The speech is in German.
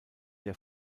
der